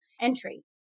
entry